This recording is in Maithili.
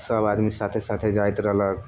सभआदमी साथे साथे जाइत रहलक